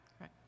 Right